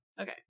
Okay